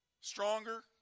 stronger